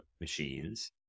machines